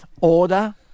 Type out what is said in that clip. Order